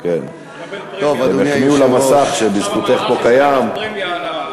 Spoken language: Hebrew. הם החמיאו על המסך שבזכותך קיים פה,